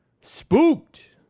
spooked